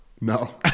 No